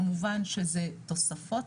כמובן שזה תוספות.